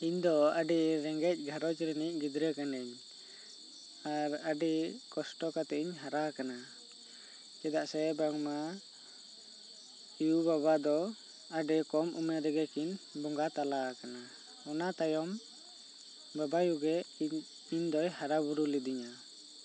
ᱤᱧ ᱫᱚ ᱟᱹᱰᱤ ᱨᱮᱸᱜᱮᱡ ᱜᱷᱟᱨᱚᱸᱡᱽ ᱨᱤᱱᱤᱡ ᱜᱤᱫᱽᱨᱟ ᱠᱟ ᱱᱤᱧ ᱟᱨ ᱟᱹᱰᱤ ᱠᱚᱥᱴᱚ ᱠᱟᱛᱮᱜ ᱤᱧ ᱦᱟᱨᱟ ᱠᱟᱱᱟ ᱪᱮᱫᱟᱜ ᱥᱮ ᱵᱟᱝ ᱢᱟ ᱭᱩ ᱵᱟᱵᱟ ᱫᱚ ᱟᱹᱰᱤ ᱠᱚᱢ ᱩᱢᱮᱨ ᱨᱤᱜᱤ ᱠᱤᱱ ᱵᱚᱸᱜᱟ ᱛᱟᱞᱟ ᱟᱠᱟᱱᱟ ᱚᱱᱟ ᱛᱟᱭᱚᱢ ᱵᱟᱵᱟᱭᱩ ᱜᱮ ᱤᱧ ᱫᱚᱭ ᱦᱟᱨᱟ ᱵᱩᱨᱩ ᱞᱤᱫᱤᱧᱟᱹ